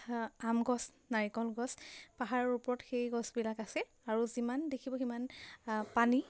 আম গছ নাৰিকল গছ পাহাৰৰ ওপৰত সেই গছবিলাক আছিল আৰু যিমান দেখিব সিমান পানী